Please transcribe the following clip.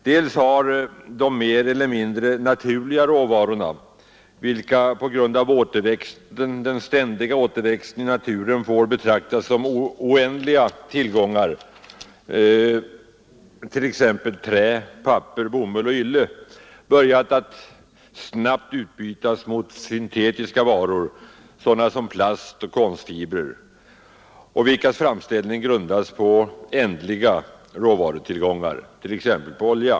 Dels har de mer eller mindre naturliga råvarorna, vilka på grund av den ständiga återväxten i naturen får betraktas som oändliga tillgångar, t.ex. trä, papper, bomull och ylle, börjat att snabbt utbytas mot syntetiska varor, sådana som plast och konstfiber, vilkas framställning grundas på ändliga råvarutillgångar, exempelvis olja.